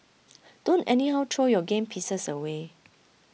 don't anyhow throw your game pieces away